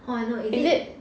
orh I know is it